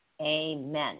Amen